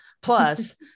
Plus